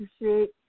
appreciate